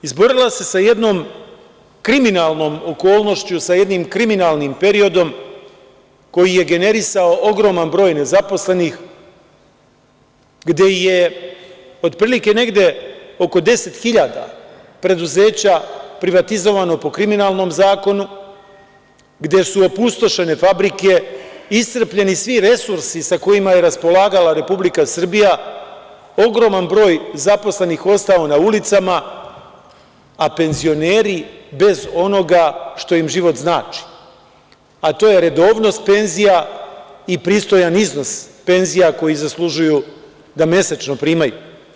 Izborila se sa jednom kriminalnom okolnošću, sa jednim kriminalnim periodom koji je generisao ogroman broj nezaposlenih, gde je otprilike negde oko 10.000 preduzeća privatizovano po kriminalnom zakonu, gde su opustošene fabrike, iscrpljeni svi resursi sa kojima je raspolagala Republika Srbija, ogroman broj zaposlenih ostao na ulicama, a penzioneri bez onoga što im život znači, a to je redovnost penzija i pristojan iznos penzija koji zaslužuju da mesečno primaju.